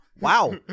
Wow